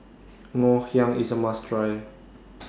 Ngoh Hiang IS A must Try